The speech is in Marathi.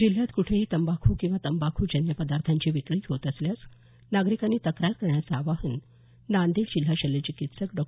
जिल्ह्यात कुठेही तंबाखू किंवा तंबाखूजन्य पदार्थांची विक्री होत असल्यास नागरिकांनी तक्रार करण्याचं आवाहन नांदेड जिल्हा शल्य चिकित्सक डॉ